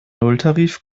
nulltarif